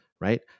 right